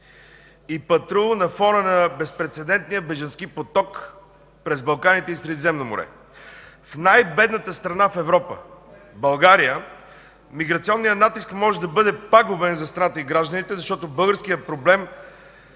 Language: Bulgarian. и патрул на фона на безпрецедентния бежански поток през Балканите и Средиземно море. В най-бедната страна в Европа – България, миграционният натиск може да бъде пагубен за страната и гражданите, защото българският проблем